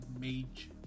mage